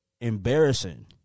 embarrassing